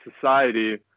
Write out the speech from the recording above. society